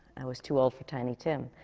i was too old for tiny tim.